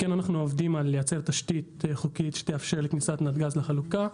אנחנו עובדים על לייצר תשתית חוקית שתאפשר כניסת נתגז לחלוקה.